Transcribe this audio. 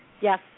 Yes